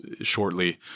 shortly